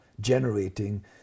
generating